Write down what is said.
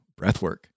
breathwork